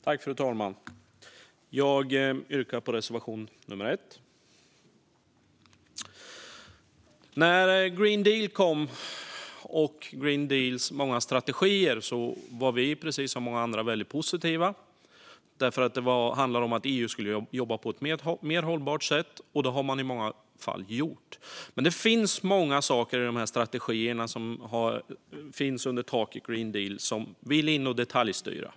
Fru talman! Jag yrkar bifall till reservation nummer 1. När Green Deal och dess många strategier kom var vi, precis som många andra, väldigt positiva. Det handlade om att EU skulle jobba på ett mer hållbart sätt, och det har man i många fall gjort. Men det finns många saker i strategierna under Green Deals tak som vill in och detaljstyra.